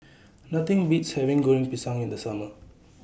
Nothing Beats having Goreng Pisang in The Summer